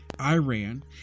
Iran